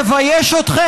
מה